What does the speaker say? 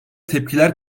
tepkiler